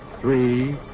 three